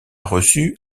reçu